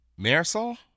Marisol